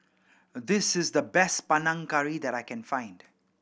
this is the best Panang Curry that I can find